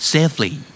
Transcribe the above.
Safely